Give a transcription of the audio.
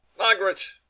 margaret!